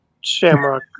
Shamrock